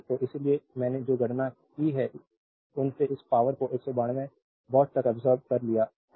तो इसीलिए मैंने जो गणना की है उसने इस पावरको 192 वाट तक अब्सोर्बेद कर लिया है